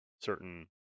certain